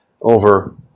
over